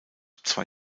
zwei